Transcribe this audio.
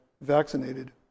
vaccinated